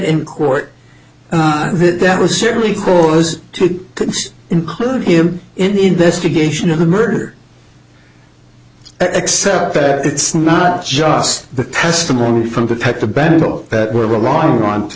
in court that that was certainly cause to include him in the investigation of the murder except that it's not just the testimony from the type the battle that we're relying on t